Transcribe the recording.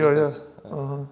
jo jo aha